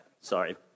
Sorry